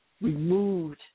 removed